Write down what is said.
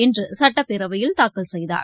இன்றுசட்டப்பேரவையில் தாக்கல் செய்தார்